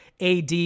AD